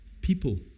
People